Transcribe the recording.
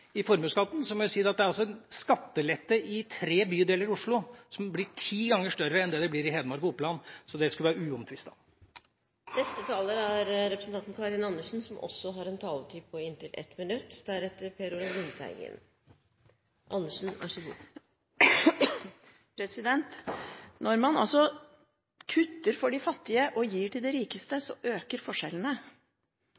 formuesskatten må jeg si at det er en skattelette i tre bydeler i Oslo som blir ti ganger større enn det den blir i Hedmark og Oppland. Det skulle være uomtvistet. Karin Andersen har hatt ordet to ganger tidligere og får ordet til en kort merknad, begrenset til 1 minutt. Når man kutter overfor de fattige og gir til de rikeste,